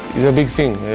it's a big thing.